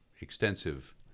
extensive